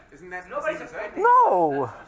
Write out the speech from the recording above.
No